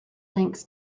links